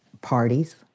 parties